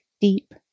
deep